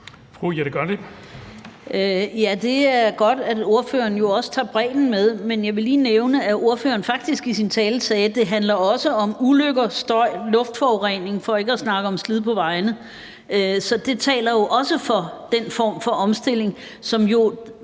det er godt, at ordføreren jo også tager bredden med. Men jeg vil lige nævne, at ordføreren faktisk i sin tale sagde, at det også handler om ulykker, støj, luftforurening, for ikke at snakke om slid på vejene. Så det taler også for den form for omstilling, som